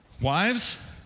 wives